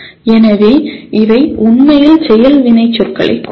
எனவே இவை உண்மையில் செயல் வினைச்சொற்களைக் குறிக்கும்